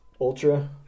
ultra